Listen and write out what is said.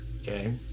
Okay